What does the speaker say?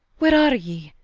where are ye?